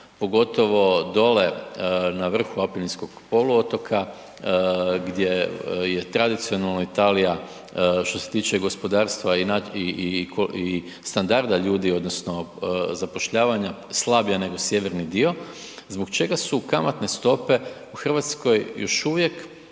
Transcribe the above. pogotovo dole na vrhu Apeninskog poluotoka gdje je tradicionalno Italija što se tiče gospodarstva i standarda ljudi odnosno zapošljavanja slabija nego sjeverni dio, zbog čega su kamatne stope u Hrvatskoj još uvijek